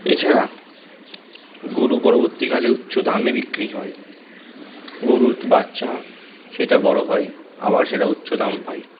এছাড়া গরু পরবর্তীকালে উচ্চদামে বিক্রি হয় গরুর বাচ্চা সেটা বড়ো হয় আবার সেটা উচ্চ দাম পায়